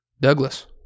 Douglas